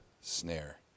snare